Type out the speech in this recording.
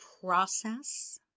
process